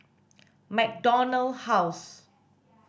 MacDonald House